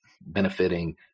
benefiting